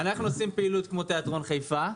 אנחנו עושים פעילות כמו תיאטרון חיפה,